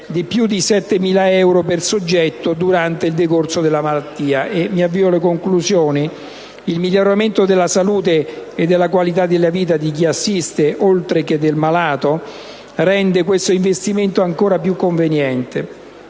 di più di 7.000 euro per soggetto durante il decorso della malattia. Il miglioramento della salute e della qualità di vita di chi assiste, oltre che del malato, rende questo investimento ancor più conveniente: